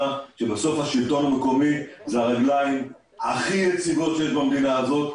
שהשלטון המקומי בסוף זה הרגליים הכי יציבות שיש במדינה הזאת,